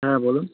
হ্যাঁ বলুন